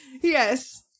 Yes